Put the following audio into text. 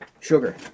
Sugar